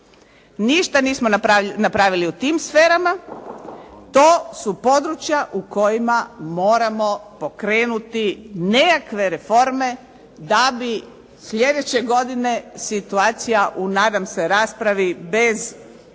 Ništa nismo napravili u tim sferama. To su područja u kojima moramo pokrenuti nekakve reforme da bi sljedeće godine situacija u nadam se raspravi bez